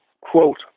quote